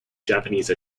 japanese